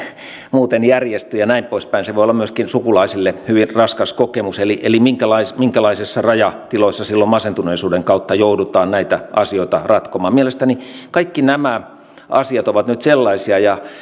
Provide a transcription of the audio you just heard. muuten järjesty ja näin poispäin se voi olla myöskin sukulaisille hyvin raskas kokemus eli eli minkälaisissa rajatiloissa silloin masentuneisuuden kautta joudutaan näitä asioita ratkomaan mielestäni kaikki nämä asiat ovat nyt sellaisia ja